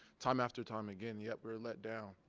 time after time again yet were let down.